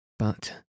But